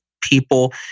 people